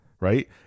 right